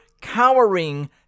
cowering